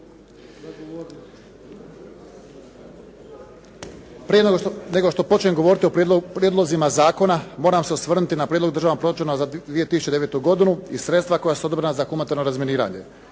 Prije nego što počnem govoriti o prijedlozima zakona moram se osvrnuti na prijedlog Državnog proračuna za 2009. godinu i za sredstva koja su odobrena za humanitarno razminiranje.